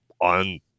on